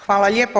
Hvala lijepo.